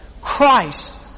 Christ